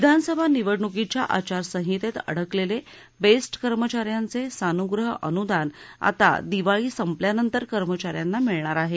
विधानसभा निवडणुकीच्या आचार संहितेत अडकलेले बेस्ट कर्मचाऱ्यांचे सानुग्रह अनुदान आता दिवाळी संपल्यानंतर कमचाऱ्यांना मिळणार आहे